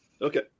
Okay